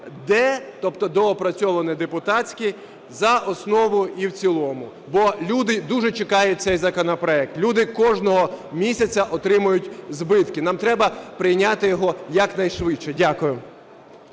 "д", тобто доопрацьований депутатський, за основу і в цілому. Бо люди дуже чекають цей законопроект, люди кожного місяця отримують збитки, нам треба прийняти його якнайшвидше. Дякую.